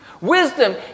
Wisdom